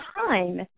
time